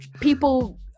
People